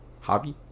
Hobby